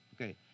Okay